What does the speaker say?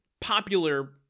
popular